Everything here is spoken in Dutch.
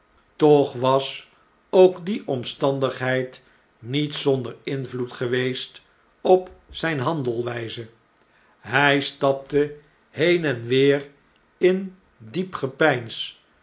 toch was ook die omstandigheid niet zonder invloed geweest op zijne handelwijze hij stapte heen en weer in diep gepeins